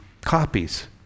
copies